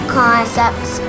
concepts